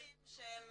שהם